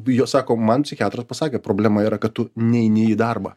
bijo sako man psichiatras pasakė problema yra kad tu neini į darbą